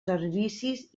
servicis